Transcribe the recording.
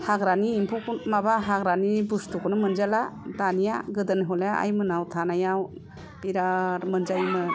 हाग्रानि एम्फौखौ माबा हाग्रानि बुसथु खौनो मोनजाला दानिया गोदो हयले आइ मोनाव थानायाव बिराथ मोनजायोमोन